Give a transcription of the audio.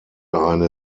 eine